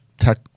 tech